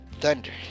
Thunder